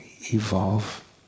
evolve